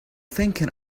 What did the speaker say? thinking